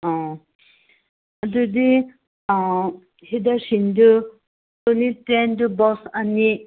ꯑꯥ ꯑꯗꯨꯗꯤ ꯍꯤꯗꯥꯛꯁꯤꯡꯗꯨ ꯁꯣꯂꯤꯇꯦꯟꯗꯨ ꯕꯣꯛꯁ ꯑꯅꯤ